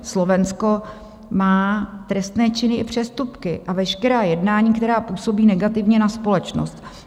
Slovensko má trestné činy i přestupky a veškerá jednání, která působí negativně na společnost.